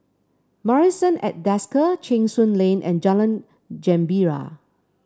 Marrison at Desker Cheng Soon Lane and Jalan Gembira